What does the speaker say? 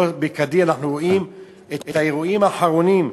לא בכדי אנחנו רואים את האירועים האחרונים,